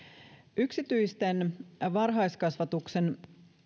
yksityisen varhaiskasvatuksen